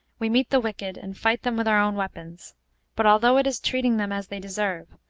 we meet the wicked, and fight them with their own weapons but although it is treating them as they deserve,